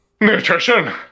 Nutrition